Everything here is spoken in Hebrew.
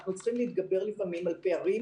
אנחנו צריכים להתגבר לפעמים על פערים